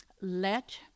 let